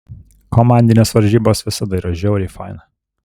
komandinės varžybos visada yra žiauriai faina